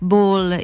Ball